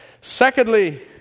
Secondly